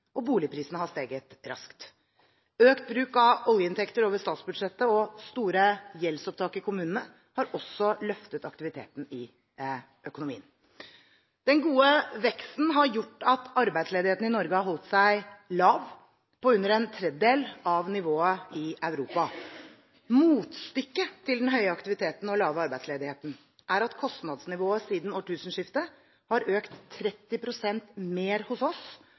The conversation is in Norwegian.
Boligprisene har steget raskt. Økt bruk av oljeinntekter over statsbudsjettet og store gjeldsopptak i kommunene har også løftet aktiviteten i økonomien. Den gode veksten har gjort at arbeidsledigheten i Norge har holdt seg lav – på under en tredel av nivået i Europa. Motstykket til den høye aktiviteten og lave arbeidsledigheten er at kostnadsnivået siden årtusenskiftet har økt 30 pst. mer hos oss